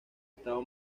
estado